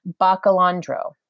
Bacalandro